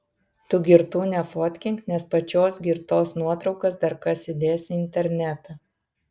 tu girtų nefotkink nes pačios girtos nuotraukas dar kas įdės į internetą